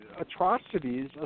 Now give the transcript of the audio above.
atrocities